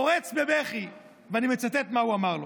פורץ בבכי, ואני מצטט מה הוא אמר לו: